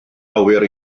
awyr